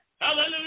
Hallelujah